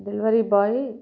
delivery boy